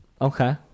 Okay